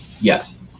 Yes